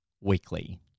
Weekly